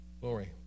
Glory